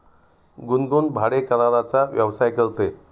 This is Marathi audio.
गुनगुन भाडेकराराचा व्यवसाय करते